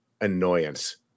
annoyance